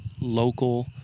local